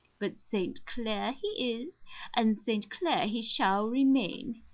but st. clair he is and st. clair he shall remain.